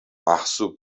محسوب